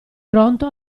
pronto